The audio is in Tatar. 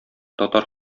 татар